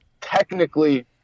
technically